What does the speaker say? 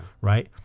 right